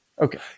Okay